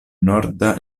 norda